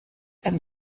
ein